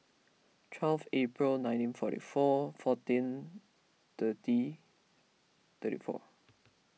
twelve April nineteen forty four fourteen thirty thirty four